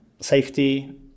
safety